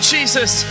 Jesus